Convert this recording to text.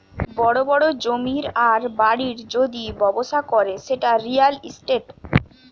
বড় বড় জমির আর বাড়ির যদি ব্যবসা করে সেটা রিয়্যাল ইস্টেট